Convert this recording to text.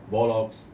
bollocks